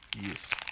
Yes